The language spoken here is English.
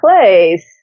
place